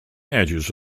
edges